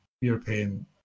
European